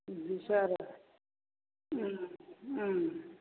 बिदिसो आरो